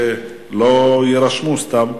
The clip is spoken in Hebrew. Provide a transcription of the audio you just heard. כדי שלא יירשמו סתם.